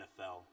NFL